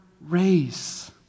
race